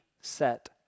set